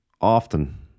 often